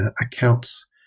accounts